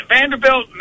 Vanderbilt